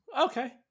Okay